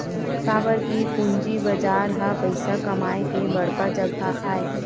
काबर के पूंजी बजार ह पइसा कमाए के बड़का जघा आय